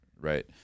right